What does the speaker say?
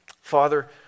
Father